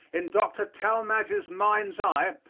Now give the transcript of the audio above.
in dr. talmage's mind's eye,